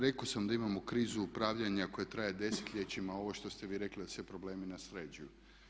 Rekao sam da imamo krizu upravljanja koja traje desetljećima, ovo što ste vi rekli da se problemi nasljeđuju.